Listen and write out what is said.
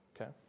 Okay